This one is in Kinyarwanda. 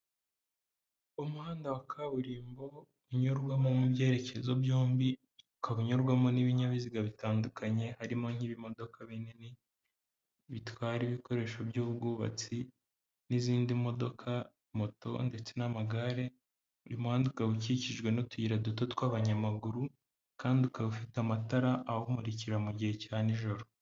Umuhanda wa kaburimbo unyurwamo mu byerekezo byombi ukaba unyurwamo n'ibinyabiziga bitandukanye harimo nk'ibimodoka binini bitwara ibikoresho by'ubwubatsi n'izindi modoka moto ndetse n'amagare, uyu muhanda uka ukikijwe n'utuyira duto tw'abanyamaguru kandi ukaba ufite amatara awumurikira mu gihe cya nijoro.